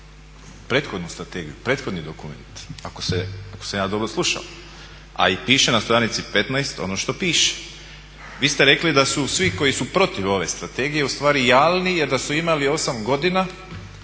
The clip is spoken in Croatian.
prethodnu strategiju, prethodni dokument, ako sam ja dobro slušao? A i piše na stranici 15 ono što piše. Vi ste rekli da su svi koji su protiv ove strategije ustvari jalni jer da su imali 8 godina